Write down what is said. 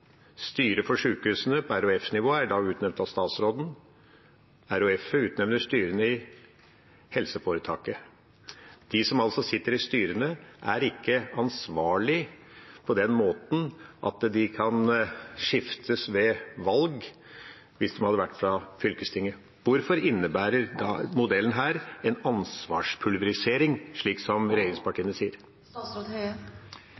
Styret for sjukehusene på RHF-nivå er i dag utnevnt av statsråden. RHF-et utnevner styrene i helseforetaket. De som altså sitter i styrene, er ikke ansvarlige på den måten at de kan skiftes ut ved valg, som hvis de hadde vært fra fylkestinget. Hvorfor innebærer denne modellen en ansvarspulverisering, slik som